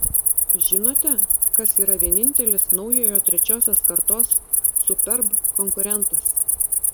žinote kas yra vienintelis naujojo trečiosios kartos superb konkurentas